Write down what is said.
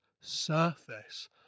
surface